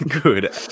Good